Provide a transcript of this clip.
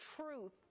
truth